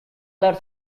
led